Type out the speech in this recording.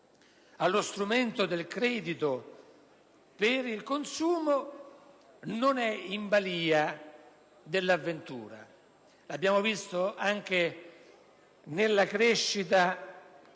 allo strumento del credito per il consumo, non è in balia dell'avventura. Lo abbiamo visto anche nella crescita